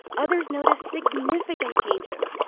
others notice significant changes.